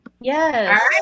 yes